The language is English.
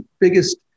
biggest